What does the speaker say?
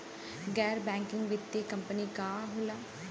गैर बैकिंग वित्तीय कंपनी का होला?